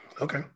Okay